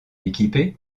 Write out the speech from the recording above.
équipées